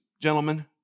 gentlemen